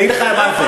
אני אגיד לך מה זה.